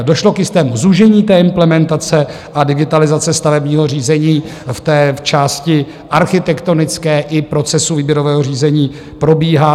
Došlo k jistému zúžení implementace a digitalizace stavebního řízení v části architektonické i procesu výběrového řízení probíhá.